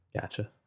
gotcha